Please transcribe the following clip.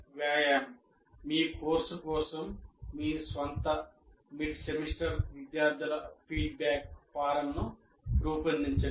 వ్యాయామం మీ కోర్సు కోసం మీ స్వంత మిడ్ సెమిస్టర్ విద్యార్థుల ఫీడ్బ్యాక్ ఫారమ్ను రూపొందించండి